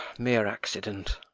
mere accident